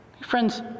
Friends